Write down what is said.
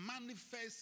manifest